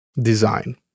design